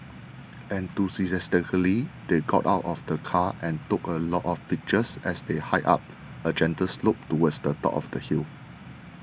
enthusiastically they got out of the car and took a lot of pictures as they hiked up a gentle slope towards the top of the hill